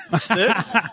Six